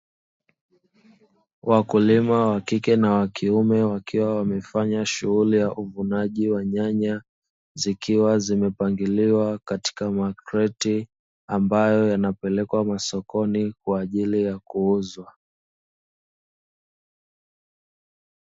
Wakulima wakike na wakiume wakiwa wamefanya shughuli ya uvunaji wa nyanya, zikiwa zimepangiliwa katika makreti ambayo yanapelekwa masokoni kwa ajili ya kuuzwa.